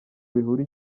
bihuru